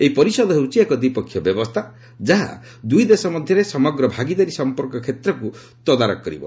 ଏହି ପରିଷଦ ହେଉଛି ଏକ ଦ୍ୱିପକ୍ଷିୟ ବ୍ୟବସ୍ଥା ଯାହା ଦୁଇ ଦେଶ ମଧ୍ୟରେ ସମଗ୍ର ଭାଗିଦାରୀ ସମ୍ପର୍କ କ୍ଷେତ୍ରକୁ ତଦାରଖ କରିବ